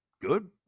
good